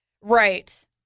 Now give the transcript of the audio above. right